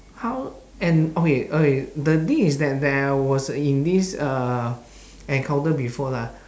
how and okay okay the thing is that there was in this uh encounter before lah